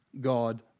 God